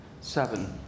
seven